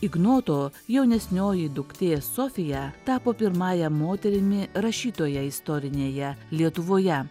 ignoto jaunesnioji duktė sofija tapo pirmąja moterimi rašytoja istorinėje lietuvoje